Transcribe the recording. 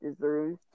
deserves